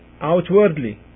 outwardly